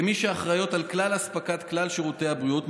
כמי שאחראיות על אספקת כלל שירותי הבריאות,